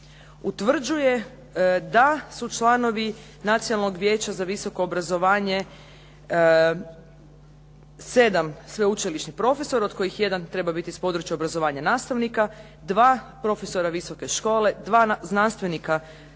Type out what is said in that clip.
utvrđuje da su članovi Nacionalnog vijeća za visoko obrazovanje 7 sveučilišnih profesora, od kojih jedan treba biti s područja obrazovanja nastavnika, 2 profesora visoke škole, 2 znanstvenika zaposlena